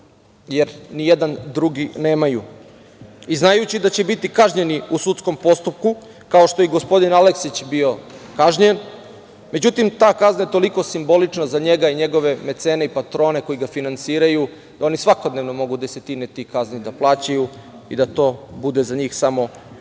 jer nijedan drugi nemaju, i znajući da će biti kažnjeni u sudskom postupku, kao što je i gospodin Aleksić bio kažnjen. Međutim, ta kazna je toliko simbolična za njega i njegove mecene i patrone koji ga finansiraju, oni svakodnevno mogu desetine tih kazni da plaćaju i da to bude za njih samo kap